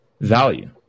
value